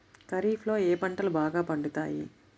ఖరీఫ్లో ఏ పంటలు బాగా పండుతాయి?